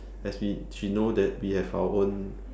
as we she know that we have our own